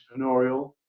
entrepreneurial